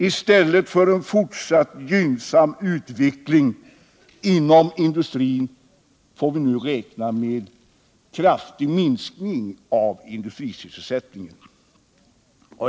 I stället för en fortsatt gynnsam utveckling inom industrin får vi nu räkna med en kraftig minskning av industrisysselsättningen.